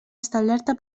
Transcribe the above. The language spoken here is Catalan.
establerta